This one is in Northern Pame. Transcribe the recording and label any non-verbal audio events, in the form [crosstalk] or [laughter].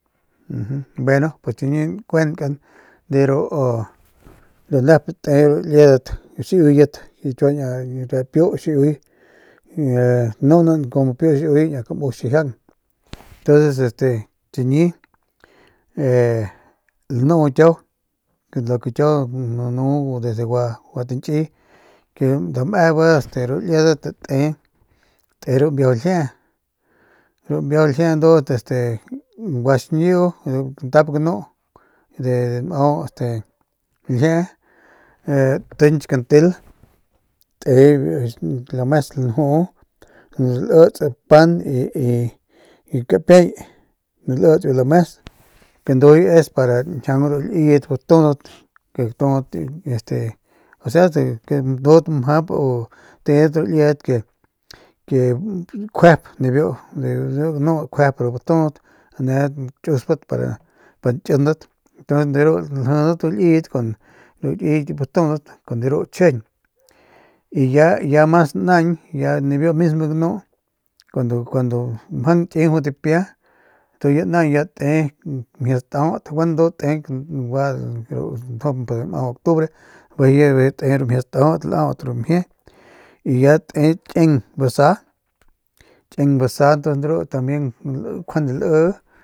[hesitation] bueno pues chiñi nkuenkan de ru nep te ru liedat xiiuye de kiua de ru piu xiiuy tanuunan kumu piu xiuy de biu kamus xijiang entonces este chiñi e e lanu kiau lu ke kiau nanu desde guatañkiy ke dam e bi este ru liedat te ru mbiaju ljiee ru mbiaju ljiee ndu este guaxñiu kantap ganu de nmau ljiee e e tiñch kantel te lames ljuu lits pan y y kapiey lits biu lames ke ndujuy es pa njiaung ru liyet batudat ke gatudat este osea ke ndudat mjap u tedat ru liedat ke kjuep nibiu ganu kjuep ru batudat nedat kiusbat pa nkindat ntuns de ru ljijidat ru liyet batudat kun de ru chjijiñ y ya mas naañ ya nibiu mismo ganu kuando mjang jut nki jut dipia tu naañ ya te mjie staut gueno ndu te gua santjump nmau octubre bijiy te ru mjie staut laut ru mjie y ya te kieng basa kien basa de ru tambien njuande lii.